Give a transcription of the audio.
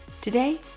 Today